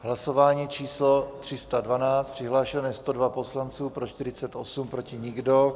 Hlasování číslo 312, přihlášeno je 102 poslanců, pro 48, proti nikdo.